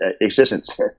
existence